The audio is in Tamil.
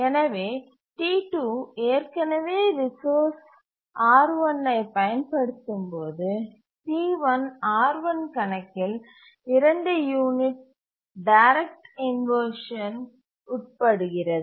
எனவே T2 ஏற்கனவே ரிசோர்ஸ் R1 ஐ பயன்படுத்தும்போது T1 R1 கணக்கில் 2 யூனிட்ஸ் டைரக்ட் இன்வர்ஷன் உட்படுகிறது